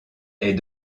est